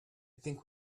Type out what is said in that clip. think